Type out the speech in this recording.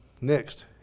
Next